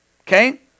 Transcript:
Okay